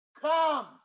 Come